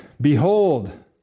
Behold